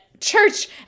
Church